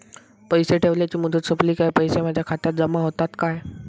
पैसे ठेवल्याची मुदत सोपली काय पैसे माझ्या खात्यात जमा होतात काय?